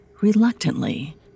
reluctantly